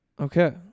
Okay